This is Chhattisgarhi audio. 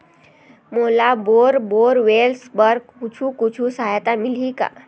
मोला बोर बोरवेल्स बर कुछू कछु सहायता मिलही का?